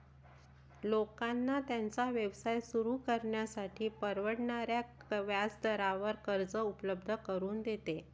लोकांना त्यांचा व्यवसाय सुरू करण्यासाठी परवडणाऱ्या व्याजदरावर कर्ज उपलब्ध करून देते